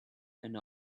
and